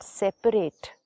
separate